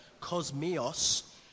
cosmos